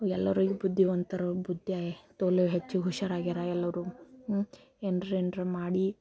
ಎಲ್ಲರೂ ಈಗ ಬುದ್ಧಿವಂತರು ಬುದ್ಧಿ ತೋಲು ಹೆಚ್ಚು ಹುಷಾರು ಆಗ್ಯಾರ ಎಲ್ಲರೂ ಏನ್ರ ಏನ್ರ ಮಾಡಿ